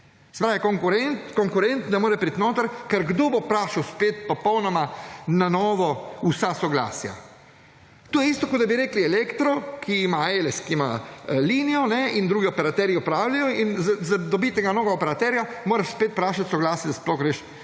pravi, konkurent ne more priti noter, ker kdo bo vprašal spet popolnoma na novo za vsa soglasja. To je isto, kot da bi rekli Elektro, Eles, ki ima linijo in drugi operaterji opravljajo in za dobiti enega novega operaterja moraš spet vprašati za soglasje, da lahko